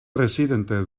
presidente